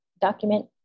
document